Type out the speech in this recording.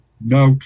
No